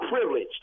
privileged